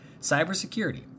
cybersecurity